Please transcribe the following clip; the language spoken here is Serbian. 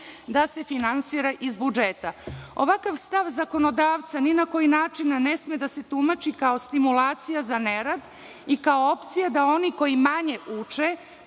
da se finansira iz budžeta. Ovakav stav zakonodavca ni na koji način ne sme da se tumači kao stimulacija za nerad i kao opcija da oni koji manje uče